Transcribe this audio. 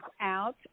out